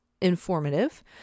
informative